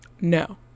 no